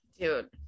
dude